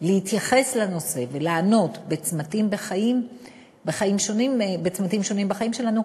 להתייחס לנושא ולענות בצמתים שונים בחיים שלנו,